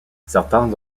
certains